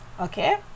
okay